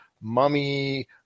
mummy